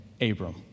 Abram